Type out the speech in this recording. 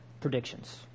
predictions